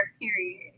period